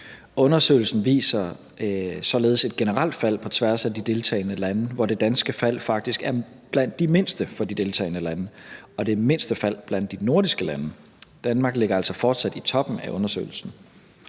Undersøgelsen viser således et generelt fald på tværs af de deltagende lande, hvor det danske fald faktisk er blandt de mindste for de deltagende lande og det mindste fald blandt de nordiske lande. Danmark ligger altså fortsat i toppen af undersøgelsen.